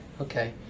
okay